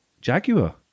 Jaguar